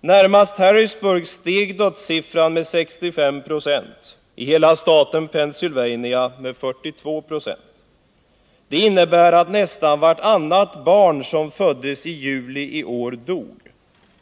Närmast Harrisburg steg dödssiffran med 65 96, i hela staten Pennsylvania med 42 96. Det innebär att nästan vartannat barn som föddes i juli i år dog.